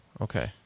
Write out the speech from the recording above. Okay